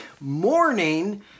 morning